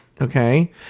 okay